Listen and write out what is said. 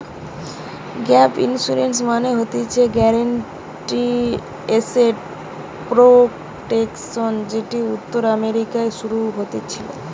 gap insurance মানে হতিছে guaranteed asset protection যেটি উত্তর আমেরিকায় শুরু হতেছিলো